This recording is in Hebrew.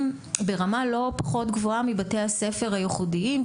ברמה לא פחות גבוהה מבתי הספר הייחודיים,